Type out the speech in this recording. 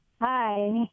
Hi